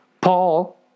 Paul